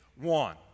one